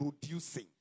producing